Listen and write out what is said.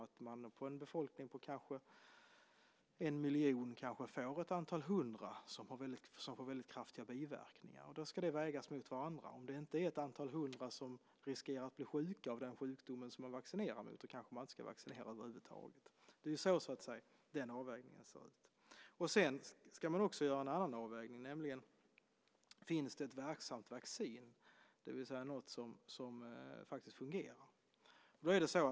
I en befolkning på kanske en miljon människor finns ett antal hundra som får väldigt kraftiga biverkningar. De ska vägas mot varandra. Om det inte är ett antal hundra som riskerar att bli sjuka av den sjukdom som man vaccinerar mot kanske man inte ska vaccinera över huvud taget. Det är så den avvägningen ser ut. Sedan ska man också göra en annan avvägning, nämligen om det finns ett verksamt vaccin, det vill säga något som faktiskt fungerar.